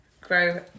grow